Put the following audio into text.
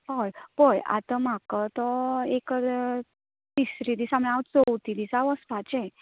हय पळय आता म्हाकां तो एक तर तिसरे दिसा ना चौथे दिसा वचपाचे